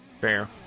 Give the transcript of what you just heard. Fair